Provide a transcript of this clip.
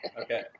Okay